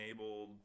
enabled